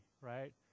right